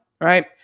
right